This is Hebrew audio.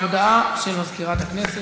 הודעה של מזכירת הכנסת.